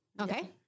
Okay